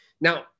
Now